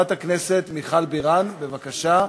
חברת הכנסת מיכל בירן, בבקשה.